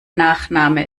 nachname